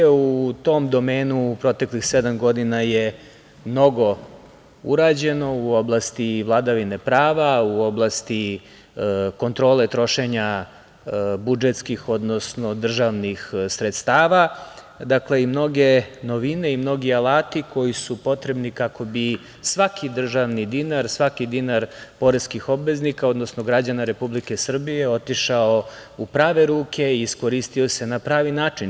U tom domenu u proteklih sedam godina je mnogo urađeno u oblasti vladavine prava, u oblasti kontrole trošenja budžetskih odnosno državnih sredstava, dakle, i mnoge novine i mnogi alati koji su potrebni kako bi svaki državni dinar, svaki dinar poreskih obveznika odnosno građana Republike Srbije otišao u prave ruke i iskoristio se na pravi način.